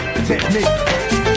Technique